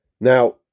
Now